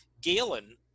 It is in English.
Galen